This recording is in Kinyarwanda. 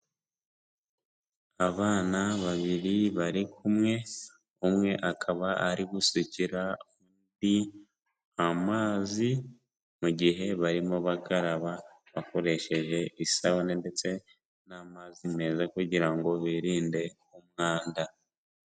Abana babiri bari kumwe, umwe akaba ari gusukira undi amazi, mu gihe barimo bakaraba bakoresheje isabune ndetse n'amazi meza kugira ngo birinde umwanda.